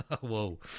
Whoa